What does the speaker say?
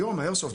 היום האיירסופט,